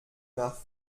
nach